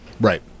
Right